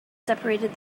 separated